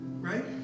Right